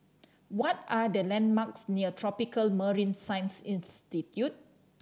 what are the landmarks near Tropical Marine Science Institute